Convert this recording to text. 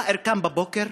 יאיר קם בבוקר: